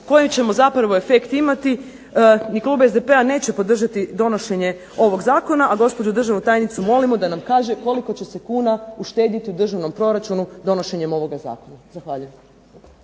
koji ćemo zapravo efekt imati ni klub SDP-a neće podržati donošenje ovog zakona, a gospođu državnu tajnicu molimo da nam kaže koliko će se kuna uštediti u državnom proračunu donošenjem ovoga zakona. Zahvaljujem.